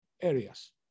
areas